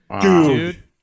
dude